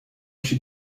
she